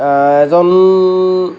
এজন